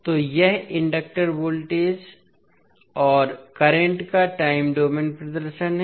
तो यह inductor voltage और करंट का टाइम डोमेन प्रदर्शन है